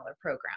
program